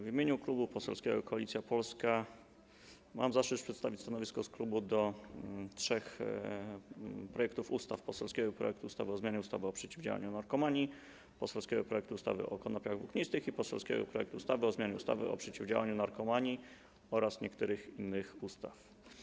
W imieniu Klubu Parlamentarnego Koalicja Polska mam zaszczyt przedstawić stanowisko wobec trzech projektów ustaw: poselskiego projektu ustawy o zmianie ustawy o przeciwdziałaniu narkomanii, poselskiego projektu ustawy o konopiach włóknistych i poselskiego projektu ustawy o zmianie ustawy o przeciwdziałaniu narkomanii oraz niektórych innych ustaw.